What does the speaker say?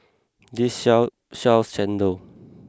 this shop sells Chendol